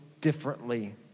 differently